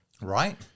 Right